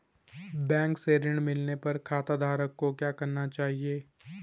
Bank से ऋण मिलने पर खाताधारक को क्या करना चाहिए?